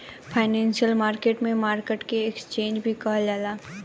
financial market में market के exchange भी कहल जाला